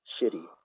shitty